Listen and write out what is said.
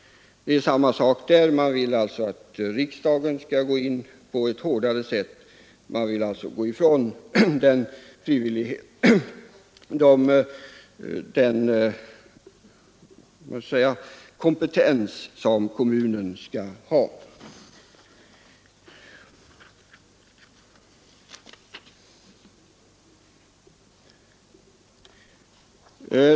Det är samma sak där. Man vill att riksdagen skall gå in på ett hårdare sätt. Man vill alltså gå ifrån den kompetens som kommunen skall ha.